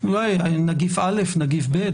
אולי נגיף א', נגיף ב'.